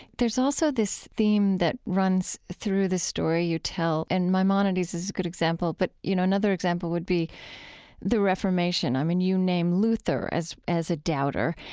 there's also this theme that runs through the story you tell, and maimonides is a good example. but, you know, another example would be the reformation. i mean, you name luther as as a doubter.